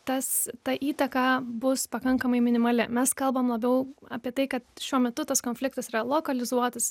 tas ta įtaka bus pakankamai minimali mes kalbam labiau apie tai kad šiuo metu tas konfliktas yra lokalizuotas